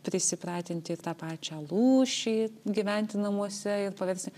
prisipratinti tą pačią lūšį gyventi namuose ir paversti